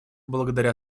благодаря